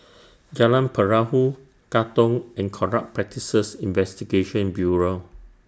Jalan Perahu Katong and Corrupt Practices Investigation Bureau